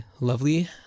Lovely